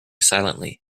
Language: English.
silently